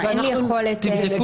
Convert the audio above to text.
אין לי יכולת --- בסדר.